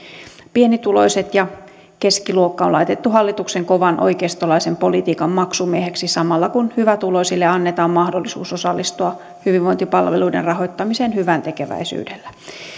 pienituloiset ja keskiluokka on laitettu hallituksen kovan oikeistolaisen politiikan maksumiehiksi samalla kun hyvätuloisille annetaan mahdollisuus osallistua hyvinvointipalveluiden rahoittamiseen hyväntekeväisyydellä